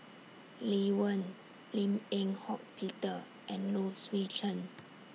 Lee Wen Lim Eng Hock Peter and Low Swee Chen